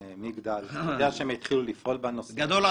לשינוי, לתהליכים.